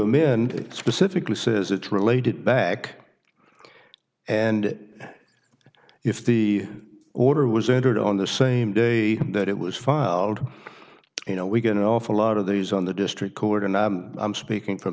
amend specifically says it's related back and it if the order was entered on the same day that it was filed you know we get an awful lot of these on the district court and i'm speaking from